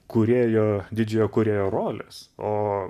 kūrėjo didžiojo kūrėjo rolės o